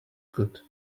good